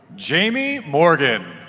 jamie morgan